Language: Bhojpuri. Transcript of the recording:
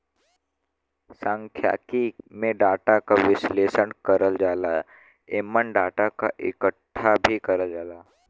सांख्यिकी में डाटा क विश्लेषण करल जाला एमन डाटा क इकठ्ठा भी करल जाला